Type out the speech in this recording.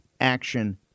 action